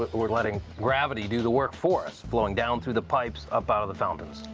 but we're letting gravity do the work for us, flowing down through the pipes, up out of the fountains.